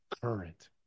current